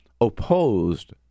opposed